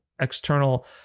external